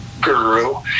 guru